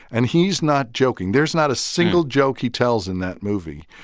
and he's not joking. there's not a single joke he tells in that movie,